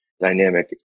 dynamic